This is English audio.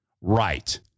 right